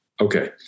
okay